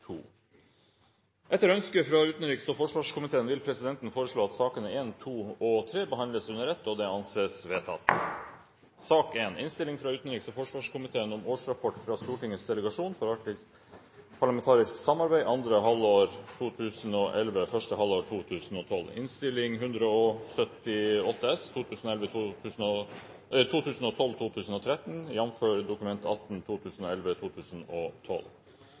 Etter ønske fra utenriks- og forsvarskomiteen vil presidenten foreslå at sakene nr. 1, 2 og 3 behandles under ett. – Det anses vedtatt. Etter ønske fra utenriks- og forsvarskomiteen